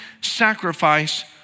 sacrifice